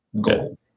goal